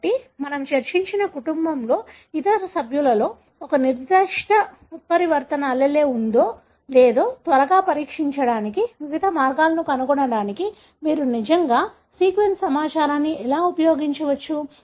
కాబట్టి మనము చర్చించిన కుటుంబంలోని ఇతర సభ్యులలో ఒక నిర్దిష్ట ఉత్పరివర్తన allele ఉందో లేదో త్వరగా పరీక్షించడానికి వివిధ మార్గాలను కనుగొనడానికి మీరు నిజంగా సీక్వెన్స్ సమాచారాన్ని ఎలా ఉపయోగించవచ్చు